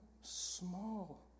small